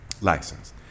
license